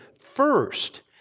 first